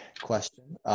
question